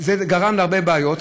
זה גרם להרבה בעיות.